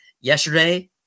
yesterday